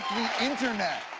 internet.